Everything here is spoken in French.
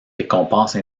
récompense